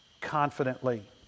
confidently